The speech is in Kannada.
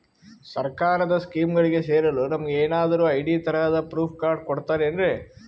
ಸರ್ಕಾರದ ಸ್ಕೀಮ್ಗಳಿಗೆ ಸೇರಲು ನಮಗೆ ಏನಾದ್ರು ಐ.ಡಿ ತರಹದ ಪ್ರೂಫ್ ಕಾರ್ಡ್ ಕೊಡುತ್ತಾರೆನ್ರಿ?